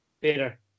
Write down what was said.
Peter